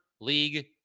league